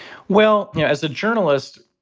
well, you know, as a journalist,